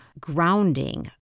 grounding